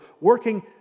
working